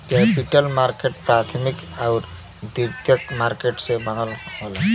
capital market प्राथमिक आउर द्वितीयक मार्केट से बनल होला